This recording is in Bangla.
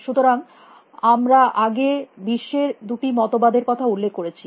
সুতরাং আমরা আগে বিশ্বের দুটি মত বাদ এর কথা উল্লেখ করেছি